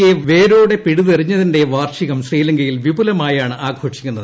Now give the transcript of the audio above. E യെ വേരോടെ പിഴുതെറിഞ്ഞതിന്റെ വാർഷികം ശ്രീലങ്കയിൽ വിപുലമായാണ് ആഘോഷിക്കുന്നത്